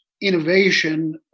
innovation